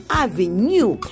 avenue